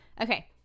Okay